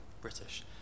British